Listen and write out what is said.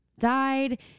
died